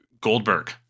Goldberg